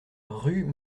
rue